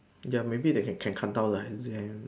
ya maybe they can cut down the exam